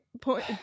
point